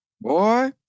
boy